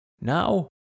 Now